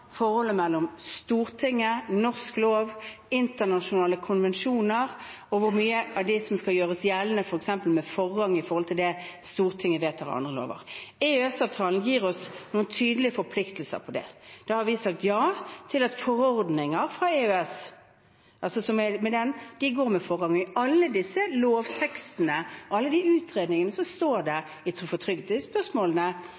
forholdet mellom Stortinget, norsk lov, internasjonale konvensjoner og hvor mye av dem som skal gjøres gjeldende f.eks. med forrang i forhold til det Stortinget vedtar av andre lover. EØS-avtalen gir oss noen tydelige forpliktelser der. Da har vi sagt ja til at forordninger fra EØS har forrang. I alle disse lovtekstene, alle utredningene, står det om trygdespørsmålene at EØS-regelverket og forordningene har forrang.